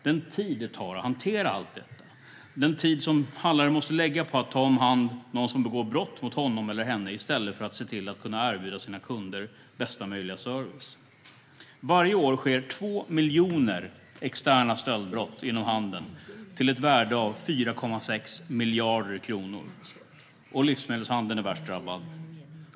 Det tar tid att hantera allt detta - tid som handlaren måste lägga på att ta om hand någon som begår brott mot honom eller henne - i stället för att se till att erbjuda sina kunder bästa möjliga service. Varje år sker 2 miljoner externa stöldbrott inom handeln till ett värde av 4,6 miljarder kronor, och livsmedelshandeln är värst drabbad.